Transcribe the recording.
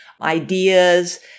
ideas